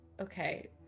Okay